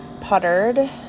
puttered